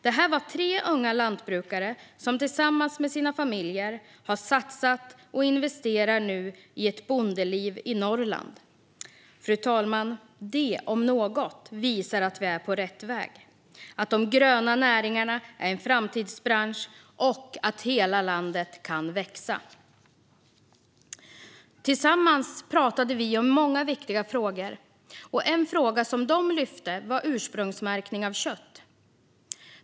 Det var tre unga lantbrukare som tillsammans med sina familjer har satsat och nu investerar i ett bondeliv i Norrland. Det om något visar att vi är på rätt väg, att de gröna näringarna är en framtidsbransch och att hela landet kan växa. Tillsammans pratade vi om många viktiga frågor. En fråga som de lyfte upp var ursprungsmärkning av kött.